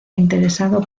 interesado